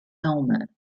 element